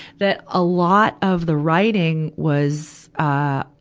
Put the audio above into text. that a lot of the writing was, ah,